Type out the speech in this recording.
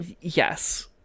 Yes